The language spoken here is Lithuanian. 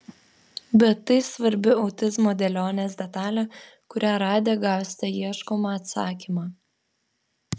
bet tai svarbi autizmo dėlionės detalė kurią radę gausite ieškomą atsakymą